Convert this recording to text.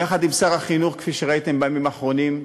יחד עם שר החינוך, כפי שראיתם בימים האחרונים,